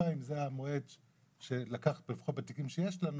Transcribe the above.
זאת אומרת אנחנו מדברים על שנתיים זה המועד שלקח לפחות בתיקים שיש לנו